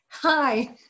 Hi